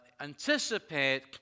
anticipate